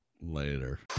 Later